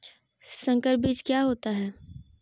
संकर बीज क्या होता है?